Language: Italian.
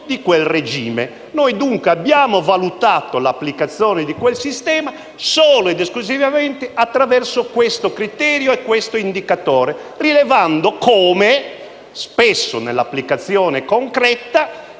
Noi, dunque, abbiamo valutato l'applicazione di quel sistema solo ed esclusivamente attraverso questo criterio e questo indicatore, rilevando come spesso, nell'applicazione concreta